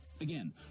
Again